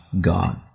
God